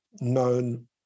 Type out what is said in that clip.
known